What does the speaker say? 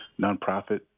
nonprofit